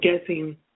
guessing